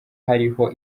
hariho